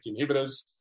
inhibitors